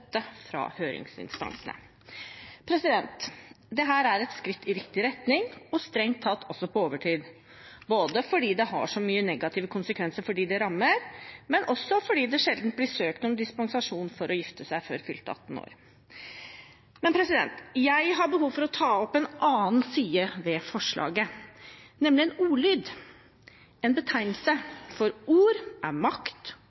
fra høringsinstansene. Dette er et skritt i riktig retning og strengt tatt også på overtid, fordi det har så mange negative konsekvenser for dem det rammer, men også fordi det sjelden blir søkt om dispensasjon for å gifte seg før fylte 18 år. Jeg har behov for å ta opp en annen side ved forslaget, nemlig en ordlyd, en